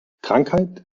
krankheit